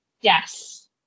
Yes